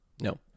no